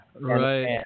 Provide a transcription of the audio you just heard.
Right